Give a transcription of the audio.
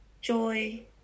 joy